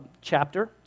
chapter